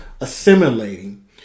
assimilating